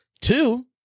Two